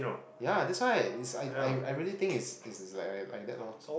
yeah that's why it's I I I really think it's it's it's like like like that lor